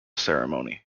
ceremony